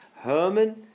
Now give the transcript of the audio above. Herman